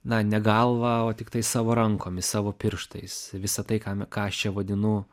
na ne galva o tiktai savo rankomis savo pirštais ir visa tai ką ką aš čia vadinu